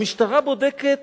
המשטרה בודקת